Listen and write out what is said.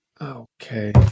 Okay